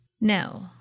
No